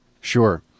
Sure